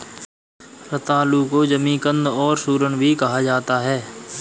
रतालू को जमीकंद और सूरन भी कहा जाता है